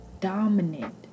dominant